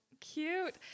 Cute